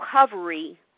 recovery